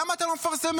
למה אתם לא מפרסמים?